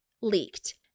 leaked